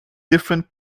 different